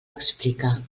explica